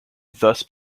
thus